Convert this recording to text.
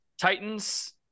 Titans